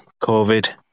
COVID